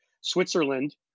Switzerland